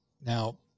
Now